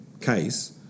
case